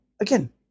again